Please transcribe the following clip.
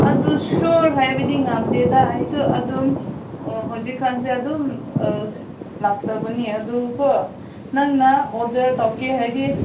ꯑꯗꯨ ꯁ꯭ꯋꯣꯔ ꯍꯥꯏꯕꯗꯤ ꯉꯝꯗꯦꯗ ꯑꯩꯁꯨ ꯑꯗꯨꯝ ꯑꯣ ꯍꯧꯖꯤꯛ ꯀꯥꯟꯁꯦ ꯑꯗꯨꯝ ꯂꯥꯛꯇꯕꯅꯤ ꯑꯗꯨ ꯀꯣ ꯅꯪꯅ ꯑꯣꯔꯗꯔ ꯇꯧꯒꯦ ꯍꯥꯏꯔꯗꯤ